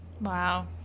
Wow